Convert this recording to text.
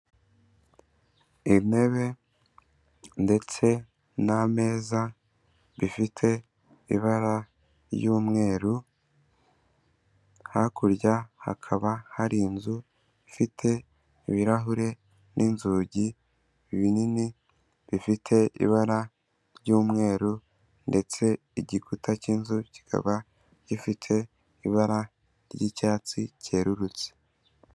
Intebe ndetse n'ameza bifite ibara ry'umweru, hakurya hakaba hari inzu ifite ibirahure n'inzugi binini bifite ibara ry'umweru ndetse igikuta cy'inzu kikaba gifite ibara ry'icyatsi cyerurutse.